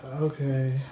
Okay